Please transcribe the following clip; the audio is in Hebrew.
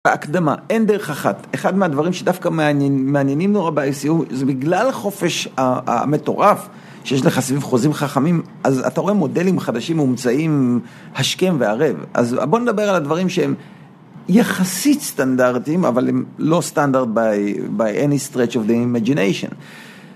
בהקדמה, אין דרך אחת, אחד מהדברים שדווקא מעניינים נורא ב-ICU זה בגלל החופש המטורף שיש לך סביב חוזים חכמים אז אתה רואה מודלים חדשים מומצאים השכם וערב, אז בוא נדבר על הדברים שהם יחסית סטנדרטיים אבל הם לא סטנדרטים by any stretch of the imagination